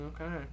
okay